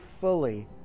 fully